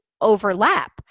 overlap